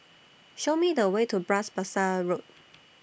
Show Me The Way to Bras Basah Road